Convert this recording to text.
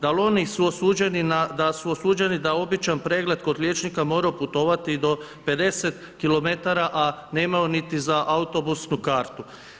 Da li oni su osuđeni, da su osuđeni da običan pregled kod liječnika moraju putovati do 50 km a nemaju niti za autobusnu kartu?